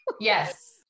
Yes